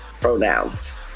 pronouns